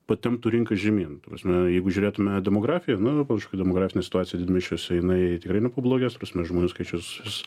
patemptų rinką žemyn ta prasme jeigu žiūrėtume demografija nu panašu kad demografinė situacija didmiesčiuose jinai tikrai nepablogės ta prasme žmonių skaičius vis